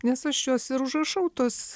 nes aš juos ir užrašau tuos